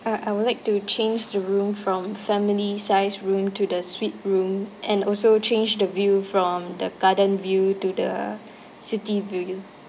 uh I would like to change the room from family size room to the suite room and also change the view from the garden view to the city view